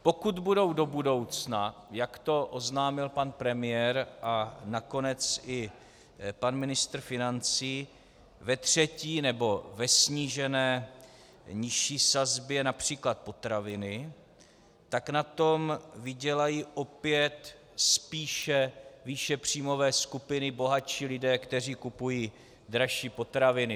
Pokud budou do budoucna, jak to oznámil pan premiér a nakonec i pan ministr financí, ve třetí nebo ve snížené nižší sazbě například potraviny, tak na tom vydělají opět spíše výše příjmové skupiny, bohatší lidé, kteří kupují dražší potraviny.